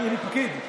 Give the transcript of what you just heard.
אני פקיד?